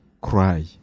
cry